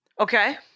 Okay